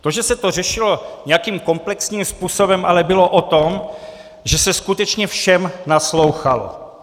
To, že se to řešilo nějakým komplexním způsobem, ale bylo o tom, že se skutečně všem naslouchalo.